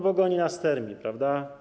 Bo goni nas termin, prawda.